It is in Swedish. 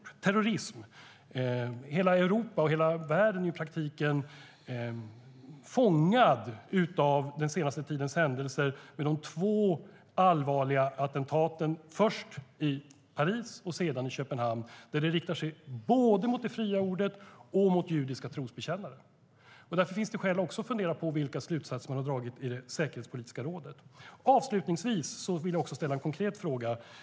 När det gäller terrorism är ju hela Europa och världen i praktiken fångade av den senaste tidens händelser - de två allvarliga attentaten, först i Paris och sedan i Köpenhamn - som riktar sig både mot det fria ordet och mot judiska trosbekännare. Därför finns det skäl att också här fundera på vilka slutsatser man har dragit i det säkerhetspolitiska rådet. Avslutningsvis vill jag också ställa en konkret fråga.